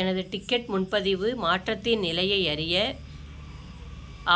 எனது டிக்கெட் முன்பதிவு மாற்றத்தின் நிலையை அறிய